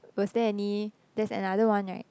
was there any there's another one right